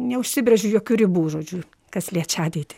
neužsibrėžiu jokių ribų žodžiu kas liečia ateitį